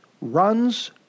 runs